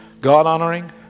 God-honoring